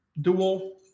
dual